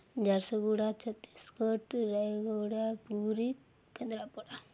Jharsuguda Chhattisgarh Rayagada Puri Kendrapara